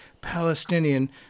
Palestinian